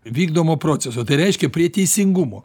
vykdomo proceso tai reiškia prie teisingumo